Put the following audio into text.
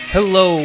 Hello